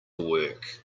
work